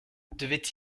devait